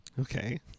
Okay